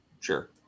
Sure